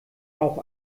auch